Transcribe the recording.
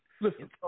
Listen